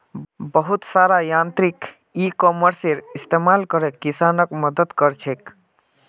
बहुत सारा यांत्रिक इ कॉमर्सेर इस्तमाल करे किसानक मदद क र छेक